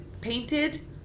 painted